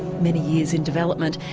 many years in development,